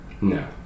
No